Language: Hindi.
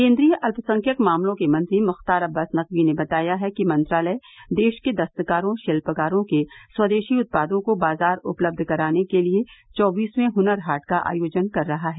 केन्द्रीय अत्पसंख्यक मामलों के मंत्री मुख्तार अब्बास नकवी ने बताया है कि मंत्रालय देश के दस्तकारों शिल्पकारों के स्वदेशी उत्पादों को बाजार उपलब्ध कराने के लिये चौबीसें हुनर हाट का आयोजन कर रहा है